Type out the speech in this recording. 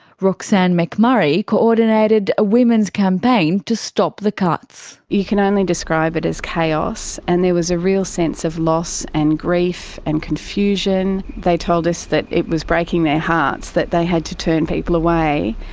roxanne mcmurray coordinated a women's campaign to stop the cuts. you can only describe it as chaos, and there was a real sense of loss and grief and confusion. they told us that it was breaking their hearts that they had to turn people away,